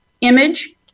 image